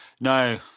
No